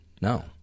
no